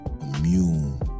immune